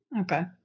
Okay